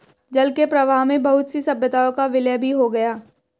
जल के प्रवाह में बहुत सी सभ्यताओं का विलय भी हो गया